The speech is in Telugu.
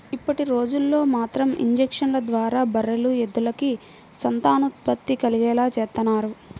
ఇప్పటిరోజుల్లో మాత్రం ఇంజక్షన్ల ద్వారా బర్రెలు, ఎద్దులకి సంతానోత్పత్తి కలిగేలా చేత్తన్నారు